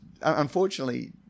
unfortunately